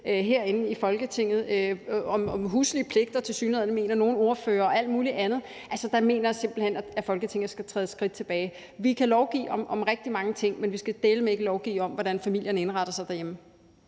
herinde i Folketinget, f.eks. huslige pligter og alt muligt andet. Det mener nogle ordførere tilsyneladende. Der mener jeg simpelt hen, at Folketinget skal træde et skridt tilbage. Vi kan lovgive om rigtig mange ting, men vi skal dæleme ikke lovgive om, hvordan familierne indretter sig derhjemme.